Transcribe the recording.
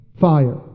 fire